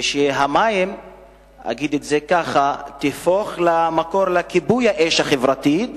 ושהמים יהפכו מקור לכיבוי האש החברתית,